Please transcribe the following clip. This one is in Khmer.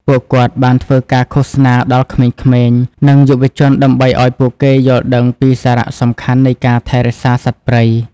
ពួកគាត់បានធ្វើការឃោសនាដល់ក្មេងៗ និងយុវជនដើម្បីឱ្យពួកគេយល់ដឹងពីសារៈសំខាន់នៃការថែរក្សាសត្វព្រៃ។